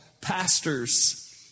pastors